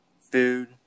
food